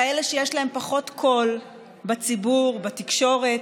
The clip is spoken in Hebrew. כאלה שיש להם פחות קול בציבור, בתקשורת,